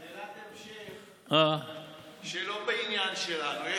שאלת המשך, שלא בעניין שלנו.